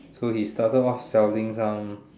so he started off selling some